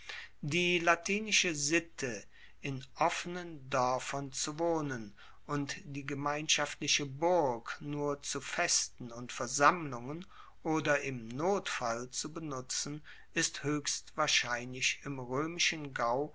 die latinische sitte in offenen doerfern zu wohnen und die gemeinschaftliche burg nur zu festen und versammlungen oder im notfall zu benutzen ist hoechst wahrscheinlich im roemischen gau